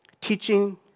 teaching